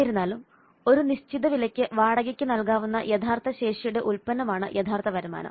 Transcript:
എന്നിരുന്നാലും ഒരു നിശ്ചിത വിലയ്ക്ക് വാടകയ്ക്ക് നൽകാവുന്ന യഥാർത്ഥ ശേഷിയുടെ ഉത്പന്നമാണ് യഥാർത്ഥ വരുമാനം